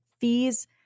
fees